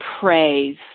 praise